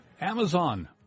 amazon